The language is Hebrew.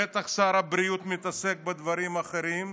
בטח שר הבריאות מתעסק בדברים אחרים,